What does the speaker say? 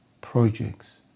projects